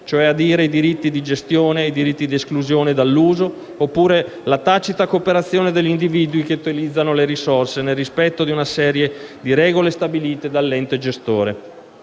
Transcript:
(vale a dire i diritti di gestione e i diritti di esclusione dall'uso oppure la tacita cooperazione degli individui che utilizzano le risorse nel rispetto di una serie di regole stabilite dall'ente gestore).